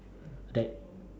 that